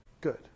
good